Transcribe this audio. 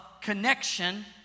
connection